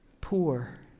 Poor